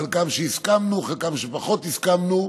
עם חלקם הסכמנו ועם חלקם פחות הסכמנו,